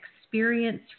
experience